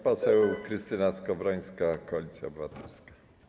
Pani poseł Krystyna Skowrońska, Koalicja Obywatelska.